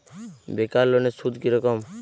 বেকার লোনের সুদ কি রকম?